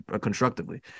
constructively